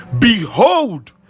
behold